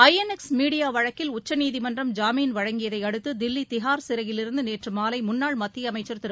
INX media வழக்கில் உச்சநீதிமன்றம் ஜாமீன் வழங்கியதை அடுத்து தில்லி திஹார் சிறையிலிருந்து நேற்று மாலை முன்னாள் மத்திய அமைச்சர் திரு